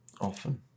often